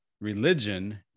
religion